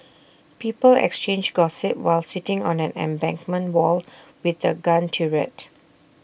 people exchanged gossip while sitting on an embankment wall with A gun turret